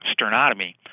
sternotomy